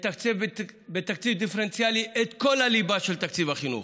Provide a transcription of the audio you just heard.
יתקצב בתקציב דיפרנציאלי את כל הליבה של תקציב החינוך,